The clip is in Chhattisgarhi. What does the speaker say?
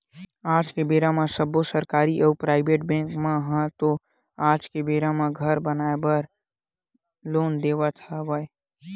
आज के बेरा म सब्बो सरकारी अउ पराइबेट बेंक मन ह तो आज के बेरा म घर बनाए बर लोन देवत हवय